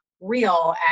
real